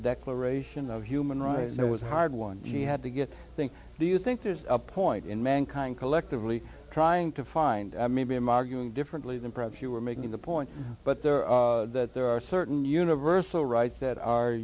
declaration of human rights there was a hard one she had to get thing do you think there's a point in mankind collectively trying to find maybe i'm arguing differently than perhaps you were making the point but there are there are certain universal rights that are